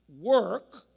work